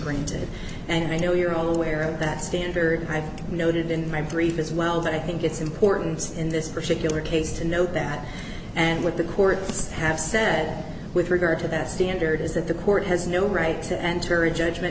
granted and i know you're all aware of that standard i've noted in my brief as well but i think it's important in this particular case to know that and what the courts have said with regard to that standard is that the court has no right to enter a judgment